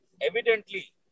evidently